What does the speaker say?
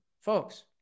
Folks